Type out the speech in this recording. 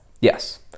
Yes